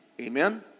Amen